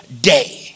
day